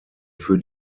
für